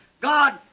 God